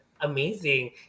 amazing